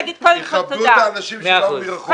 כבדו את האנשים שבאו מרחוק.